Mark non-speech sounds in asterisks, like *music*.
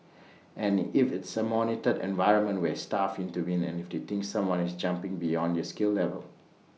*noise* and if it's A monitored environment where staff intervene and if they think someone is jumping beyond their skill level